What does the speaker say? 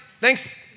Thanks